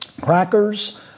crackers